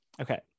Okay